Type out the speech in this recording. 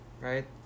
Right